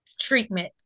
treatment